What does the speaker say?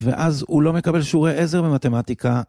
ואז הוא לא מקבל שיעורי עזר במתמטיקה.